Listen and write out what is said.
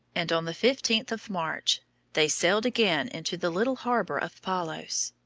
and on the fifteenth of march they sailed again into the little harbor of palos.